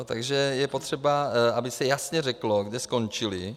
Takže je potřeba, aby se jasně řeklo, kde skončily.